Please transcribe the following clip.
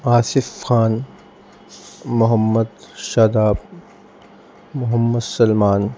Asif Khan Mohammad Shadab Mohammad Salman